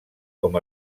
com